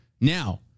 Now